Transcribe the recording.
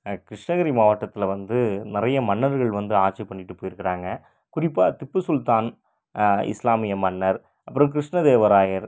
எனக்கு கிருஷ்ணகிரி மாவட்டத்தில் வந்து நிறைய மன்னர்கள் வந்து ஆட்சி பண்ணிவிட்டு போய்ருக்குறாங்க குறிப்பாக திப்பு சுல்தான் இஸ்லாமிய மன்னர் அப்பறம் கிருஷ்ண தேவராயர்